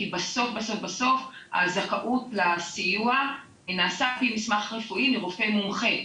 כי בסוף הזכאות לסיוע נעשה כמסמך רפואי לרופא מומחה,